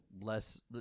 less